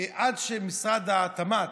עד שמשרד התמ"ת,